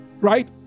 right